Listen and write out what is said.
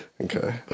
Okay